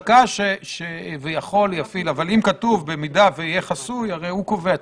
אני מבין